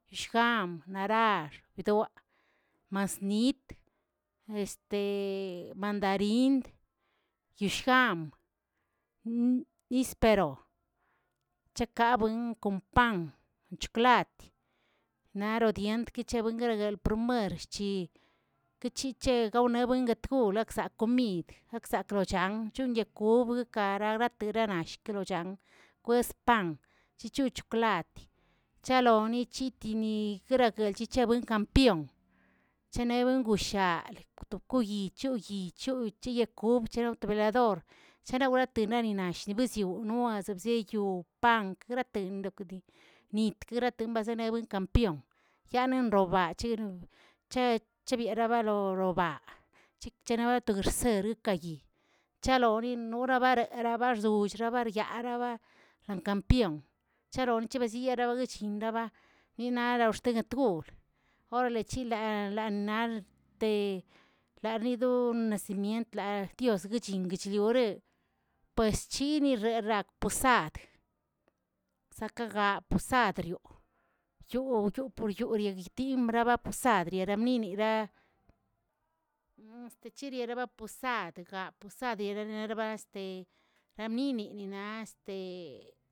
Yishgam, narax, yidoaꞌ, masnyit, mandarin, yishgaam, níspero, chekabuen kom pam, kon chikwlat, naro diend kechibuengara el promuerchi quechiche gawen yet gol naꞌ komid, akzakrochan yuyenkob kararatenara kwes pam chichu chikwlat, chalone chitni gueralchiche kampeon, chenewen gushaa alekuyichshhu yichu cheyekob no to velador cheralati ninena yibiziwꞌno zibzeyo pangrakaten nitgarakaten basen win kampeon, yanen robachi che chebierabalo robaa chikchenatobarsikeyi, chaloni nora baraerabarzyollabera wyaarabara xancampeon, charonchabazeyaron shindaba, ninala oxtegatugull orale chila lanuarte, la nirduwo nacimient, latios guchin chuchyore, pues chinireak posad, sakagaposadrioꞌ, yoo yoopor yoole timbraba posad yeramniniba, chiririoposad japosad ninininaꞌ.